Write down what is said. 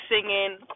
singing